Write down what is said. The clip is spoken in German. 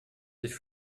sich